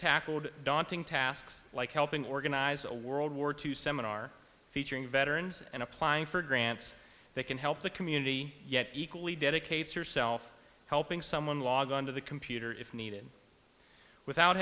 tackled daunting tasks like helping organize a world war two seminar featuring veterans and applying for grants that can help the community yet equally dedicates herself helping someone log on to the computer if needed without